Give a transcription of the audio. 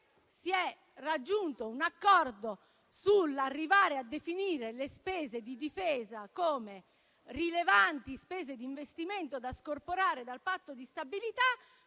si è raggiunto un accordo arrivando a definire le spese di difesa come rilevanti spese di investimento da scorporare dal Patto di stabilità.